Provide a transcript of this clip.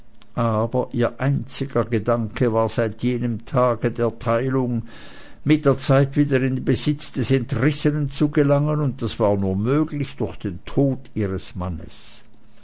aber ihr einziger gedanke war seit jenem tage der teilung mit der zeit wieder in den besitz des entrissenen zu gelangen und das war nur möglich durch den tod ihres mannes